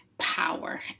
power